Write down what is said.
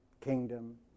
kingdom